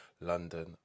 London